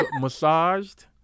massaged